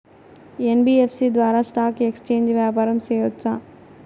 NBFC ద్వారా stock exchange వ్యాపారం సేయొచ్చా?